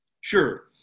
sure